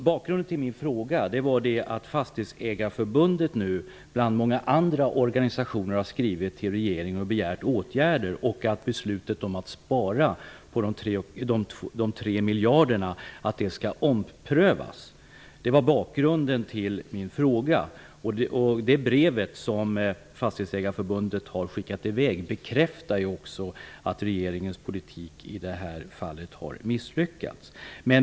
Bakgrunden till min fråga var att Fastighetsägareförbundet bland många andra organisationer har skrivit till regeringen och begärt åtgärder samt att beslutet om att spara de 3 miljarderna skall omprövas. Det var bakgrunden till min fråga, och brevet från Fastighetsägareförbundet bekräftar att regeringens politik i detta fall har misslyckats.